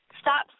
stop